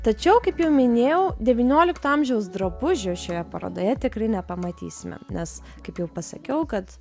tačiau kaip jau minėjau devyniolikto amžiaus drabužių šioje parodoje tikrai nepamatysime nes kaip jau pasakiau kad